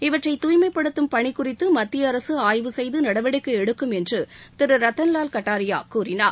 இவற்றை தூய்மைப்படுத்தும் பணி குறித்து மத்திய அரசு ஆய்வு செய்து நடவடிக்கை எடுக்கும் என்று திரு ரத்தன்லால் கட்டாரியா கூறினார்